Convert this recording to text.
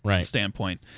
standpoint